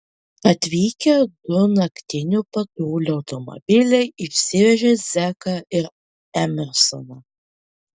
atvykę du naktinių patrulių automobiliai išsivežė zeką ir emersoną